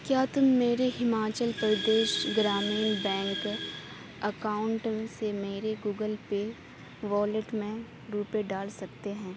کیا تم میرے ہماچل پردیش گرامین بینک اکاؤنٹ سے میرے گوگل پے والیٹ میں روپے ڈال سکتے ہو